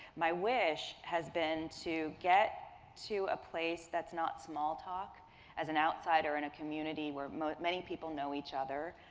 my wish has been to get to a place that's not small talk as an outsider in a community where many people know each other.